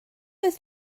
oedd